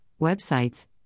websites